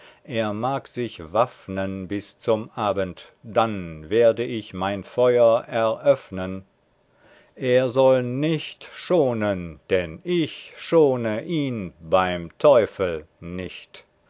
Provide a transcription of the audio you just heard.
er mag sich waffnen bis zum abend dann werde ich mein feuer eröffnen er soll nicht schonen denn ich schone ihn beim teufel nicht